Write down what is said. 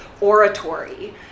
oratory